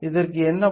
இதற்கு என்ன பொருள்